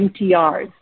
MTRs